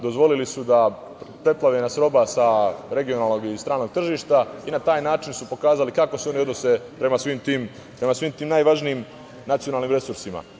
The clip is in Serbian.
Dozvolili su da nas preplavi roba sa regionalnog ili stranog tržišta i na taj način su pokazali kako se oni odnose prema svim tim najvažnijim nacionalnim resursima.